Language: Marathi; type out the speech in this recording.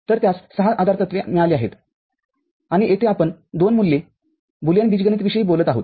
तर त्यास ६ आधारतत्वे मिळाली आहेत आणि येथे आपण दोन मूल्ये बुलियन बीजगणित विषयी बोलत आहोत